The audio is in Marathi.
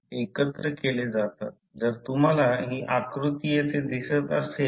करंट इथे I अॅम्पीयर आहे मग्नेटिक सर्किटमध्ये मध्ये ∅ फ्लक्स वेबर असेल